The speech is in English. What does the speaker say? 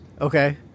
Okay